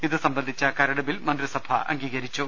ഇതുസംബന്ധിച്ച കരടുബിൽ മന്ത്രിസഭ അംഗീകരിച്ചു